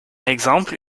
exemple